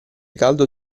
caldo